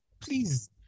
please